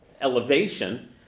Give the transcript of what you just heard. elevation